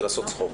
זה לעשות צחוק.